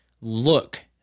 look